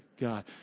God